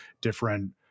different